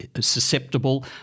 susceptible